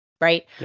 right